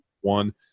one